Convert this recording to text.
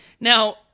Now